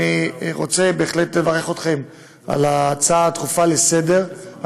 אני רוצה בהחלט לברך אתכם על ההצעה הדחופה לסדר-היום.